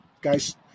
guys